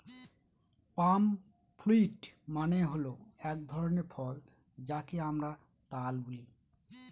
পাম fruit মানে হল এক ধরনের ফল যাকে আমরা তাল বলি